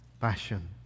passion